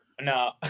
No